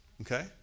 Okay